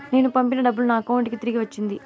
నేను పంపిన డబ్బులు నా అకౌంటు కి తిరిగి వచ్చింది